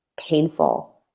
painful